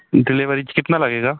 delivery कितना लगेगा